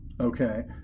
Okay